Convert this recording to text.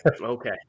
Okay